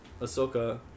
Ahsoka